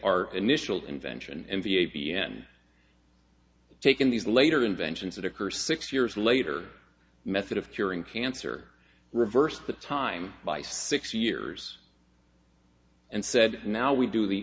our initial invention and the a b n taken these later inventions that occur six years later method of curing cancer reverse the time by six years and said now we do the